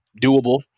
doable